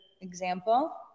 example